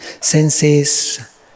senses